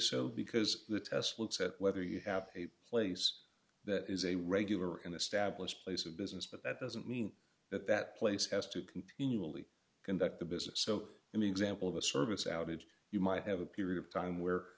so because the test looks at whether you have a place that is a regular in the stablished place of business but that doesn't mean that that place has to continually conduct the business so in the example of a service outage you might have a period of time where